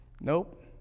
Nope